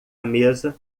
mesa